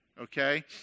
Okay